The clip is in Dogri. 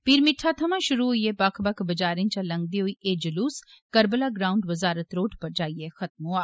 पीर मिट्ठा थमां शुरू होईयै बक्ख बक्ख बजारें इचा लंघदे होई एह् जलूस करबला ग्राऊंड बज़ारत रोड पर जाईए खत्म होईया